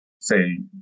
say